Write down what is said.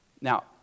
Now